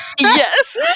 Yes